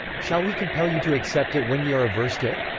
shall we compel you to accept it when ye are averse to it?